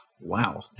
wow